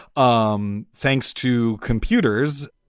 um thanks to computers,